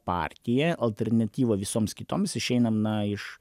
partija alternatyvą visoms kitoms išeina na iš